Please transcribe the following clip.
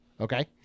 Okay